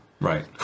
Right